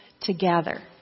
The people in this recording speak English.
together